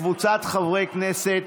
וקבוצת חברי הכנסת,